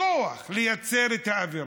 בכוח, לייצר את האווירה.